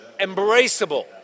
embraceable